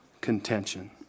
contention